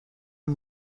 این